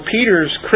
Peter's